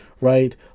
right